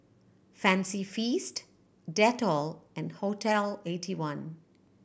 Fancy Feast Dettol and Hotel Eighty one